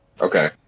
Okay